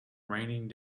raining